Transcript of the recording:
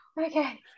okay